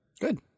Good